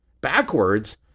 Backwards